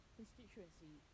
constituency